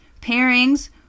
pairings